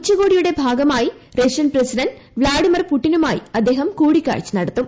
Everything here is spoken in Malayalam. ഉച്ചകോടിയുടെ ഭാഗമായി റഷ്യൻ പ്രസിഡന്റ് പ്പ്ളാഡിമർ പുടിനുമായി അദ്ദേഹം കൂടിക്കാഴ്ച നടത്തും